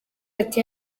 ati